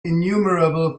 innumerable